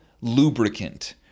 lubricant